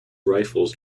rifles